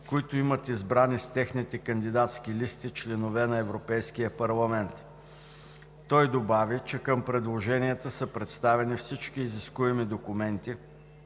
които имат избрани с техните кандидатски листи членове на Европейския парламент. Той добави, че към предложенията са представени всички изискуеми документи